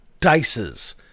Dices